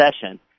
session